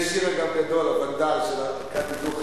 אגב, יש שיר גדול, "הוונדל", של ארקדי דוכין.